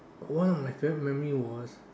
one of my favourite memory was